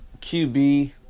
QB